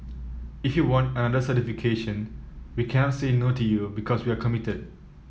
if you want another certification we can't say no to you because we're committed